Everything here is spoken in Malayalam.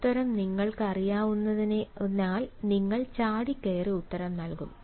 ഉത്തരം നിങ്ങൾക്കറിയാവുന്നതിനാൽ നിങ്ങൾ ചാടിക്കയറി ഉത്തരം നൽകും